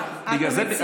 היא כל הזמן פונה אליי.